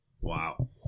Wow